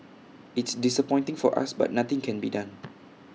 it's disappointing for us but nothing can be done